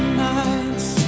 nights